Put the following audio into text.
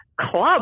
club